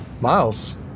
Miles